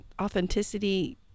authenticity